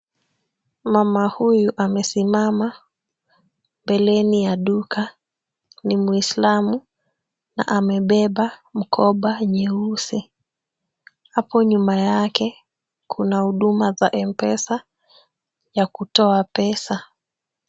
Mama huyu amesimama mbeleni ya duka. Ni muislamu na amebeba mkoba nyeusi. Hapo nyuma yake kuna huduma za Mpesa ya kutoa pesa.